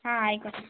ആ ആയിക്കോട്ടെ